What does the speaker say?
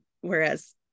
whereas